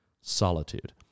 solitude